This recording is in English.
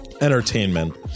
entertainment